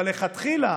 אבל לכתחילה